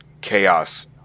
chaos